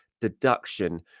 deduction